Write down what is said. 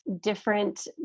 different